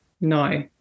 no